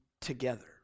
together